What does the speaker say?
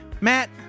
Matt